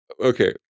Okay